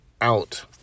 out